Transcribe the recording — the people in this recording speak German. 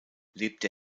lebte